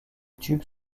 tubes